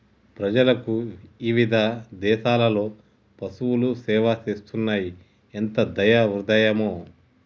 ప్రజలకు ఇవిధ దేసాలలో పసువులు సేవ చేస్తున్నాయి ఎంత దయా హృదయమో